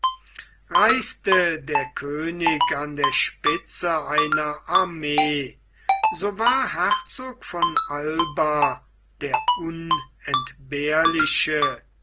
reiste der könig an der spitze einer armee so war herzog von alba der unentbehrliche